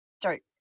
start